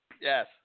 Yes